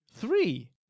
three